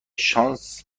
شانس